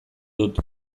dut